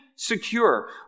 secure